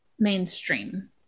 Mainstream